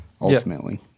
ultimately